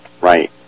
Right